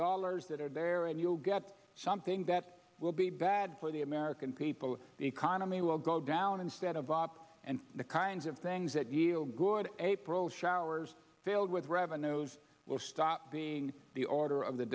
dollars that are there and you'll get something that will be bad for the american people the economy will go down instead of up and the kinds of things that yield a good april showers filled with revenues will stop being the order of the